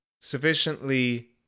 sufficiently